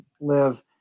live